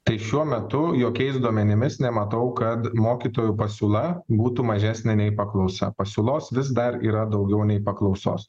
tai šiuo metu jokiais duomenimis nematau kad mokytojų pasiūla būtų mažesnė nei paklausa pasiūlos vis dar yra daugiau nei paklausos